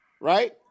right